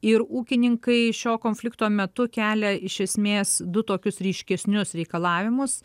ir ūkininkai šio konflikto metu kelia iš esmės du tokius ryškesnius reikalavimus